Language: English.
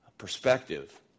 perspective